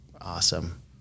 awesome